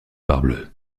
parbleu